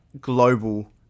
global